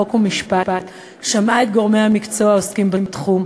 חוק ומשפט שמעה את גורמי המקצוע העוסקים בתחום,